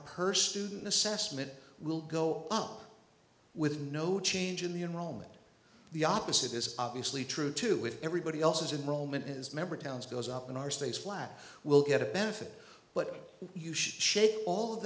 per student assessment will go up with no change in the enrollment the opposite is obviously true too with everybody else's in rome and his member towns goes up in our stays flat we'll get a benefit but you should shake all of